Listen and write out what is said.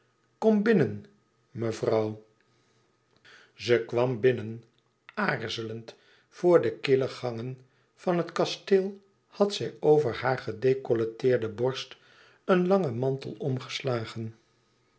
kom binnen mevrouw zij kwam binnen aarzelend voor de kille gangen van het kasteel had zij over haar gedecolleteerde borst een langen mantel omgeslagen